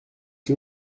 que